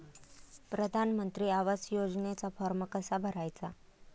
प्रधानमंत्री आवास योजनेचा फॉर्म कसा भरायचा?